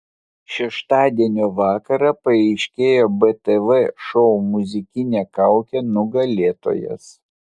šeštadienio vakarą paaiškėjo btv šou muzikinė kaukė nugalėtojas